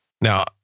Now